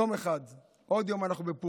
יום אחד, עוד יום אנחנו בפורים.